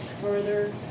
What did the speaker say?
further